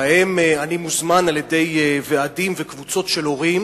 שאליהם אני מוזמן על-ידי ועדים וקבוצות של הורים